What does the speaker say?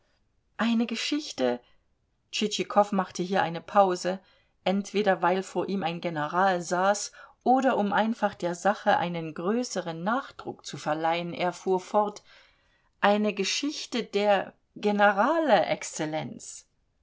eine geschichte tschitschikow machte hier eine pause entweder weil vor ihm ein general saß oder um einfach der sache einen größeren nachdruck zu verleihen er fuhr fort eine geschichte der generale exzellenz